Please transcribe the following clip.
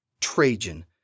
Trajan